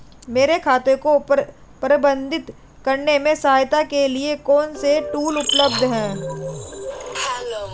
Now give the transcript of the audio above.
मेरे खाते को प्रबंधित करने में सहायता के लिए कौन से टूल उपलब्ध हैं?